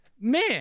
Man